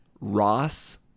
Ross